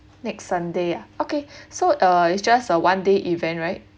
next sunday ah okay so uh it's just a one day event right